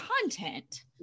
content